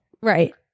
right